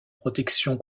protection